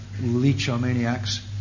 leechomaniacs